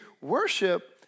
worship